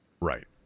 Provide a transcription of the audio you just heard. Right